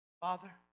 Father